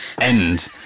end